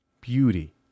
beauty